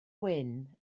wyn